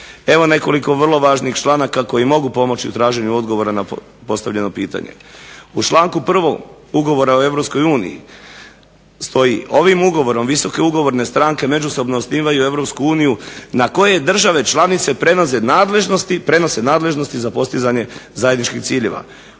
evo nekoliko vrlo važnih članaka koji mogu pomoći u traženju odgovora na postavljeno pitanje. U članku 1. Ugovora o Europskoj uniji stoji: "Ovim ugovorom visoke ugovorne stranke međusobno osnivaju Europsku uniju na koju države članice prenose nadležnosti za postizanje zajedničkih ciljeva".